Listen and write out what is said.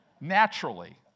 Naturally